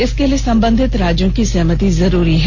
इसके लिए संबंधित राज्यों की सहमति जरूरी है